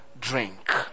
drink